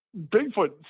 Bigfoot